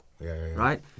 right